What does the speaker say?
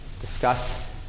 discussed